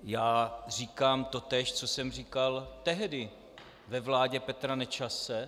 Já říkám totéž, co jsem říkal tehdy ve vládě Petra Nečase.